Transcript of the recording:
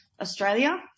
Australia